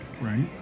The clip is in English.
Right